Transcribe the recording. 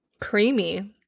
creamy